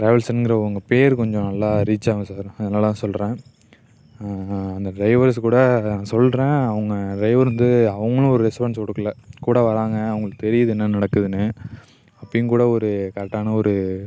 ட்ராவல்ஸுங்கிற உங்கள் பேர் கொஞ்சம் நல்லா ரீச் ஆகும் சார் அதனால் சொல்கிறேன் அந்த ட்ரைவர்ஸ் கூட சொல்கிறேன் உங்கள் ட்ரைவர் வந்து அவங்களும் ரெஸ்பான்ஸ் கொடுக்கல கூட வராங்க அவங்களுக்கு தெரியுது என்ன நடக்குதுன்னு அப்போயும் கூட ஒரு கரெட்டான ஒரு